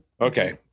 okay